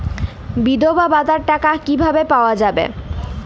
বিধবা ভাতার টাকা কিভাবে পাওয়া যাবে?